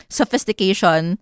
sophistication